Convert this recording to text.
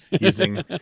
using